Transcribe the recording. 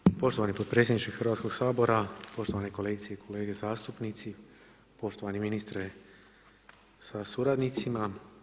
Hvala poštovani potpredsjedniče Hrvatskog sabora, poštovani kolegice i kolege zastupnici, poštovani ministre sa suradnicima.